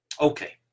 Okay